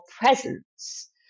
presence